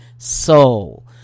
soul